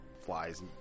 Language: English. flies